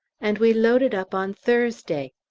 and we loaded up on thursday.